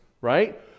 Right